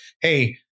Hey